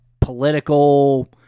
political